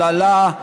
לה,